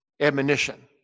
admonition